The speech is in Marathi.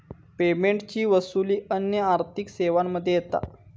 पेमेंटची वसूली अन्य आर्थिक सेवांमध्ये येता